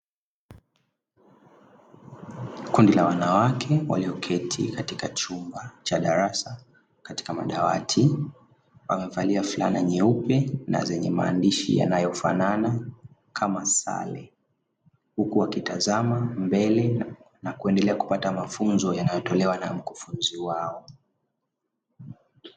Kundi la wanawake walioketi katika chumba cha darasa katika madawati wamevalia fulana nyeupe na zenye maandishi yanayo fanana kama sare huku wakitazama mbele na kuendelea kupata mafunzo yanayo tolewa na mkufunzi wao.